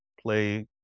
play